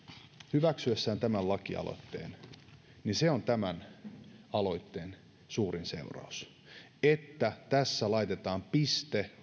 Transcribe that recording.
hyväksyy tämän lakialoitteen niin tämän aloitteen suurin seuraus on se että tässä laitetaan piste